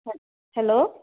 hello